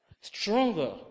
Stronger